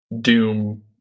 Doom